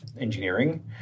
engineering